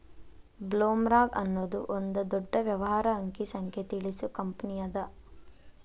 ಬ್ಲೊಮ್ರಾಂಗ್ ಅನ್ನೊದು ಒಂದ ದೊಡ್ಡ ವ್ಯವಹಾರದ ಅಂಕಿ ಸಂಖ್ಯೆ ತಿಳಿಸು ಕಂಪನಿಅದ